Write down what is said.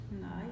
Nice